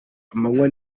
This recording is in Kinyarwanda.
amanywa